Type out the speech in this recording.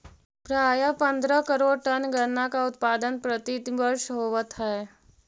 प्रायः पंद्रह करोड़ टन गन्ना का उत्पादन प्रतिवर्ष होवत है